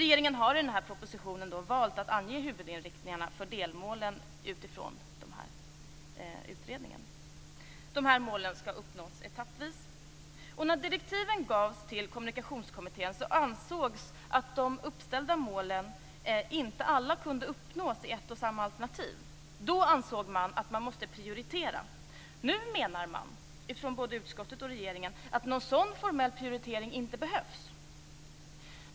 Regeringen har i propositionen valt att ange huvudinriktningarna för delmålen utifrån utredningen. Målen skall uppnås etappvis. När direktiven gavs till Kommunikationskommittén ansågs att de uppställda målen inte alla kunde uppnås i ett och samma alternativ. Då ansåg man att man måste prioritera. Nu menar både utskottet och regeringen att någon sådan formell prioritering inte behövs.